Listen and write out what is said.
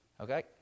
Okay